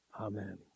Amen